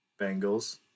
Bengals